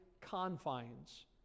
confines